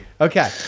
Okay